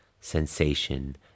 sensation